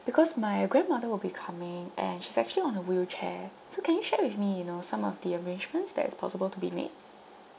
because my grandmother will be coming and she's actually on a wheelchair so can you share with me you know some of the arrangements that is possible to be made